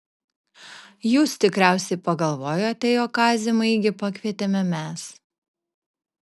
jūs tikriausiai pagalvojote jog kazį maigį pakvietėme mes